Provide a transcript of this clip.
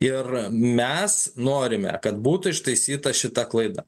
ir mes norime kad būtų ištaisyta šita klaida